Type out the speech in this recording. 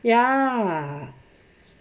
ya